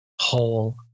whole